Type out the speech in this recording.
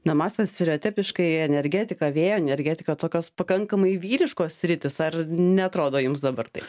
na mąstant stereotepiškai energetika vėjo energetika tokios pakankamai vyriškos sritys ar neatrodo jums dabar taip